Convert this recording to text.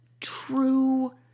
true